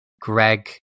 Greg